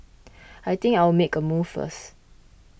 I think I'll make a move first